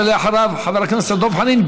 ואחריו חבר הכנסת דב חנין,